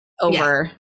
over